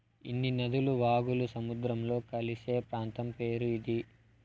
అన్ని నదులు వాగులు సముద్రంలో కలిసే ప్రాంతం పేరు ఇది